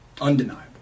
Undeniable